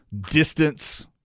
distance